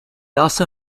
also